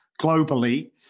globally